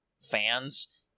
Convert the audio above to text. fans